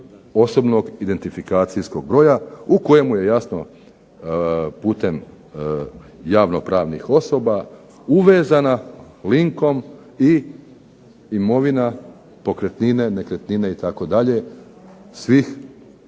evidencije OIB-a u kojemu je jasno putem javno-pravnih osoba uvezana linkom i imovina pokretnine, nekretnine itd. svih